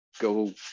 go